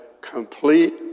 complete